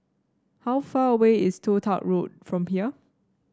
how far away is Toh Tuck Road from here